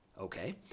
okay